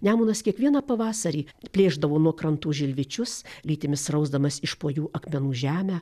nemunas kiekvieną pavasarį plėšdavo nuo krantų žilvičius lytimis rausdamas iš po jų akmenų žemę